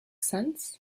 sense